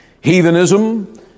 Heathenism